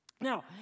Now